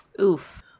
Oof